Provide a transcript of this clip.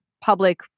public